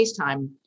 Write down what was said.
FaceTime